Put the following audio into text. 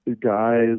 Guys